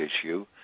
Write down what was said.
issue